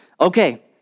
Okay